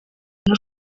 n’u